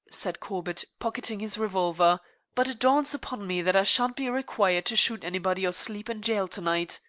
said corbett, pocketing his revolver but it dawns upon me that i shan't be required to shoot anybody or sleep in jail to-night.